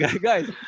guys